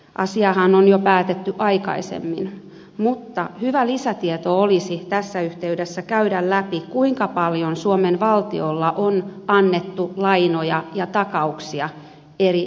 asiahan on jo päätetty aikaisemmin mutta hyvä lisätieto olisi tässä yhteydessä se kuinka paljon suomen valtio on antanut lainoja ja takauksia eri valtioille